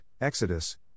Exodus